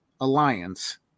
alliance